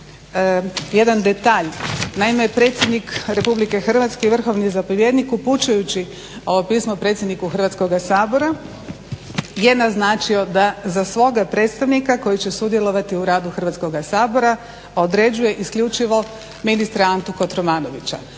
jedan detalj. Naime, predsjednik RH i vrhovni zapovjednik upućujući ovo pismo predsjedniku Hrvatskoga sabora je naznačio da za svoga predstavnika koji će sudjelovati u radu Hrvatskoga sabora određuje isključivo ministra Antu KOtromanovića.